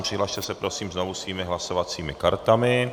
Přihlaste se prosím znovu svými hlasovacími kartami.